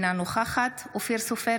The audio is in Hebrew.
אינה נוכחת אופיר סופר,